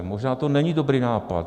Možná to není dobrý nápad.